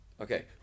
Okay